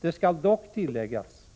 Det skall dock tilläggas